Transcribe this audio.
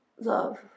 love